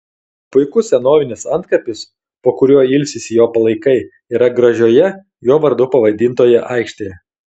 puikus senovinis antkapis po kuriuo ilsisi jo palaikai yra gražioje jo vardu pavadintoje aikštėje